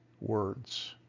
words